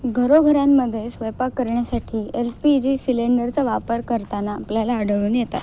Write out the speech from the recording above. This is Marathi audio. घरोघरांमध्ये स्वयंपाक करण्यासाठी एल पी जी सिलेंडरचा वापर करताना आपल्याला आढळून येतात